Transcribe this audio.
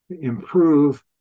improve